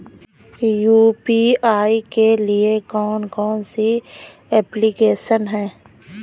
UPI के लिए कौन कौन सी एप्लिकेशन हैं?